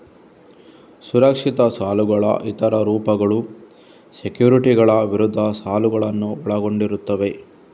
ಸುರಕ್ಷಿತ ಸಾಲಗಳ ಇತರ ರೂಪಗಳು ಸೆಕ್ಯುರಿಟಿಗಳ ವಿರುದ್ಧ ಸಾಲಗಳನ್ನು ಒಳಗೊಂಡಿರುತ್ತವೆ